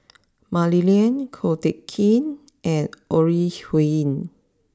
Mah Li Lian Ko Teck Kin and Ore Huiying